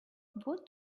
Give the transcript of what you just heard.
what